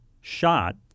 shot